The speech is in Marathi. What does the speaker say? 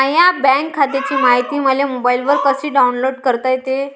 माह्या बँक खात्याची मायती मले मोबाईलवर कसी डाऊनलोड करता येते?